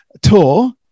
tour